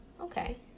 okay